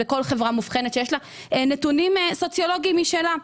לכל חברה מובחנת שיש לה נתונים סוציולוגיים משלה.